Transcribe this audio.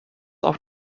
auf